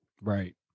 Right